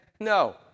No